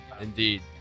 Indeed